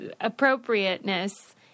appropriateness